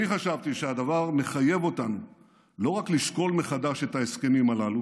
אני חשבתי שהדבר מחייב אותנו לא רק לשקול מחדש את ההסכמים הללו